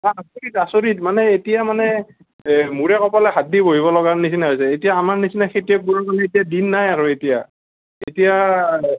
আচৰিত আচৰিত মানে এতিয়া মানে এ মূৰে কপালে হাত দি বহিব লগাৰ নিচিনা হৈছে এতিয়া আমাৰ নিচিনা খেতিয়কবোৰৰ কাৰণে এতিয়া দিন নাই আৰু এতিয়া এতিয়া